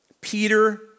Peter